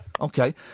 Okay